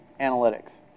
analytics